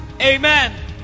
amen